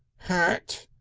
hat!